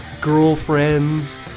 girlfriends